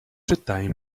czytaj